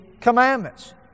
commandments